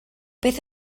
beth